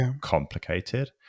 complicated